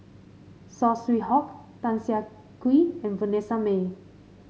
Saw Swee Hock Tan Siah Kwee and Vanessa Mae